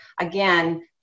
again